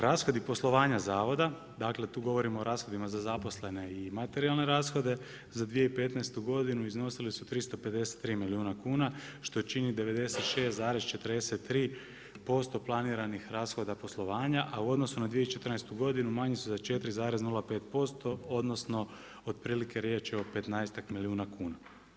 Rashodi poslovanja zavoda dakle tu govorimo o rashodima za zaposlene i materijalne rashode za 2015. godinu iznosile su 353 milijuna kuna što čini 96,43% planiranih rashoda poslovanja, a u odnosu na 2014. godinu manji su za 4,05% odnosno otprilike riječ je o petnaestak milijuna kuna.